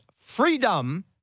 freedom